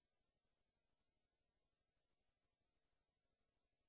מי שמכיר קצת את הפרטים, יש אשכול 1 3 ויש אשכול